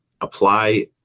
apply